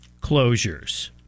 closures